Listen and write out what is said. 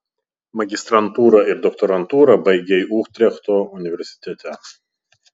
magistrantūrą ir doktorantūrą baigei utrechto universitete